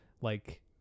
like-